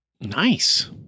Nice